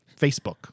facebook